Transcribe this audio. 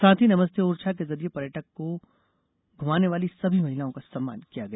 साथ ही नमस्ते ओरछा के जरिए पर्यटक को घुमाने वाली सभी महिलाओं का सम्मान किया गया